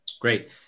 Great